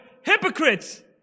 hypocrites